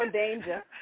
Danger